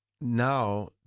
now